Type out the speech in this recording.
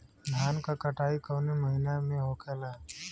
धान क कटाई कवने महीना में होखेला?